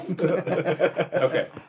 okay